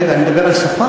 רגע, אני מדבר על שפה.